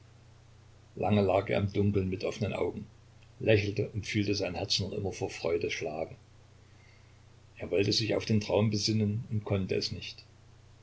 lange lag er im dunkeln mit offenen augen lächelte und fühlte sein herz noch immer vor freude schlagen er wollte sich auf den traum besinnen und konnte es nicht